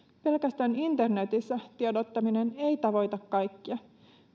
pelkästään internetissä tiedottaminen ei tavoita kaikkia